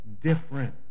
different